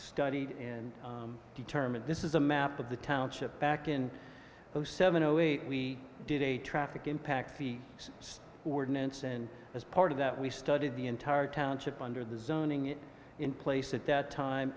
studied and determined this is a map of the township back in zero seven zero eight we did a traffic impact the ordinance and as part of that we studied the entire township under the zoning in place at that time